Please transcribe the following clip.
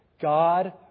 God